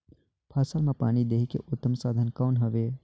फसल मां पानी देहे के उत्तम साधन कौन हवे?